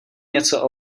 něco